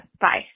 Bye